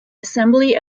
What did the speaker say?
assembly